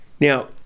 now